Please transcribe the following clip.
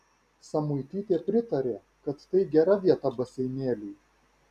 samuitytė pritarė kad tai gera vieta baseinėliui